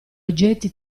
oggetti